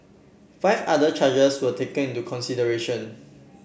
five other charges were taken into consideration